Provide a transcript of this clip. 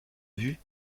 vue